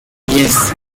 yes